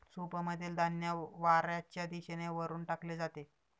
सूपमधील धान्य वाऱ्याच्या दिशेने वरून टाकले जाते